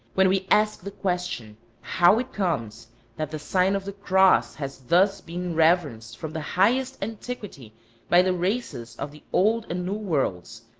when we ask the question how it comes that the sign of the cross has thus been reverenced from the highest antiquity by the races of the old and new worlds,